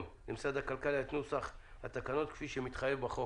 למשרד הכלכלה את נוסח התקנות כפי שמתחייב בחוק.